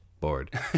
bored